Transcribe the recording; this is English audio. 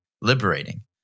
liberating